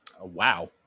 wow